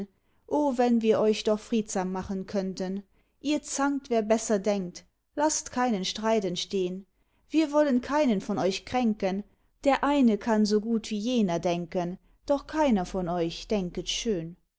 o wenn wir euch doch friedsam machen könnten ihr zankt wer besser denkt laßt keinen streit entstehn wir wollen keinen von euch kränken der eine kann so gut wie jener denken doch keiner von euch denket schön